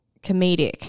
comedic